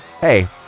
Hey